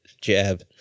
Jab